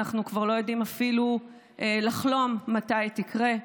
אנחנו כבר לא יודעים אפילו לחלום מתי תקרה.